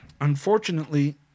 unfortunately